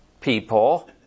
people